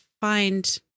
find